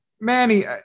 Manny